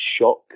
shock